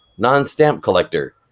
nonstampcollector,